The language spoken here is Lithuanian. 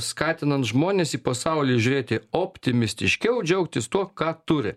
skatinant žmones į pasaulį žiūrėti optimistiškiau džiaugtis tuo ką turi